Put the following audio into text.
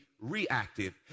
reactive